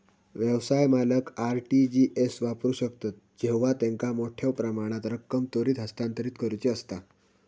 व्यवसाय मालक RTGS वापरू शकतत जेव्हा त्यांका मोठ्यो प्रमाणात रक्कम त्वरित हस्तांतरित करुची असता